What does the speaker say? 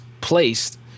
placed